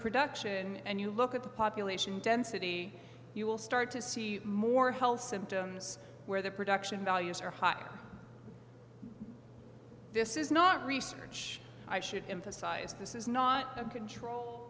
production and you look at the population density you will start to see more health symptoms where the production values are higher this is not research i should emphasize this is not a control